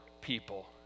people